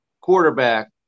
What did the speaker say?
quarterback